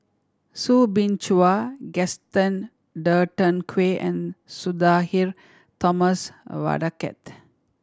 Soo Bin Chua Gaston Dutronquoy and Sudhir Thomas Vadaketh